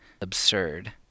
absurd